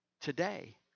today